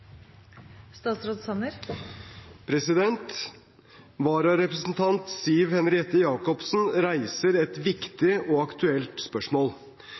Siv Henriette Jacobsen reiser et viktig og aktuelt spørsmål.